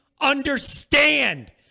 understand